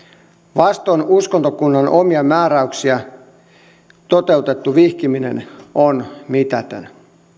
vastoin uskontokunnan omia määräyksiä toteutettu vihkiminen on mitätön